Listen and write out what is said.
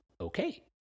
okay